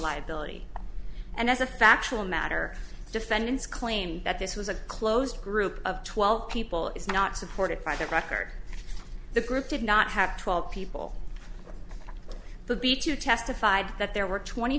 liability and as a factual matter the defendants claim that this was a closed group of twelve people is not supported by the record the group did not have twelve people at the beach you testified that there were twenty